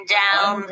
down